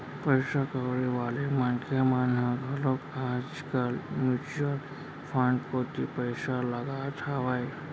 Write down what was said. पइसा कउड़ी वाले मनखे मन ह घलोक आज कल म्युचुअल फंड कोती पइसा लगात हावय